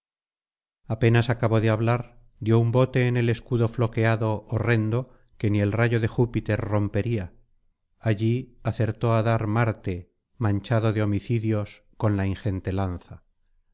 apenas acabó de hablar dio un bote en el escudo floqueado horrendo que ni el rayo de júpiter rompería allí acertó á dar marte manchado de homicidios con la ingente lanza